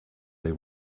they